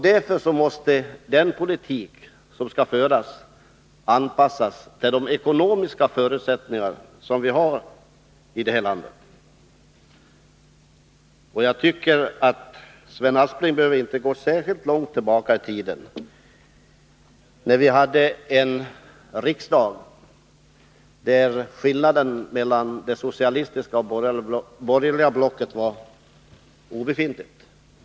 Därför måste den politik som skall föras vara anpassad till de ekonomiska förutsättningar som vi har här i landet. Sven Aspling behöver inte gå särskilt långt tillbaka i tiden; vi hade en riksdag där skillnaden mellan det socialistiska och det borgerliga blocket var obefintlig.